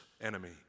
enemy